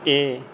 ਇਹ